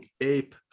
ape